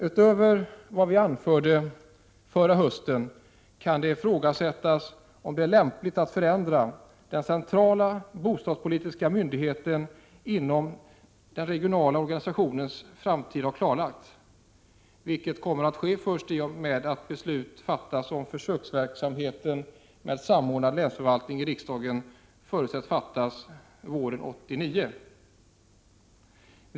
Utöver vad vi anförde förra hösten kan det ifrågasättas om det är lämpligt att förändra den centrala bostadspolitiska myndigheten innan den regionala organisationens framtid klarlagts, vilket kommer att ske först i och med det beslut om försöksverksamhet med samordnad länsförvaltning som riksdagen förutsätts fatta våren 1989.